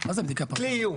מה זה בדיקה פרטנית?